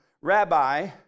Rabbi